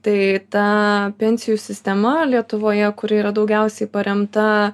tai ta pensijų sistema lietuvoje kuri yra daugiausiai paremta